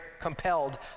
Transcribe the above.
compelled